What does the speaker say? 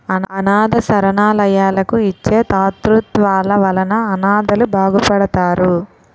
అనాధ శరణాలయాలకు ఇచ్చే తాతృత్వాల వలన అనాధలు బాగుపడతారు